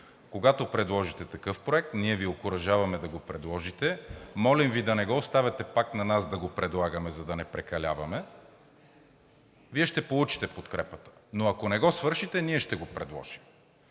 Когато предложите такъв проект, ние Ви окуражаваме да го предложите, молим Ви да не го оставяте пак на нас да го предлагаме, за да не прекаляваме, Вие ще получите подкрепата. Но ако не го свършите, ние ще го предложим.